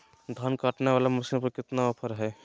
धान काटने वाला मसीन पर कितना ऑफर हाय?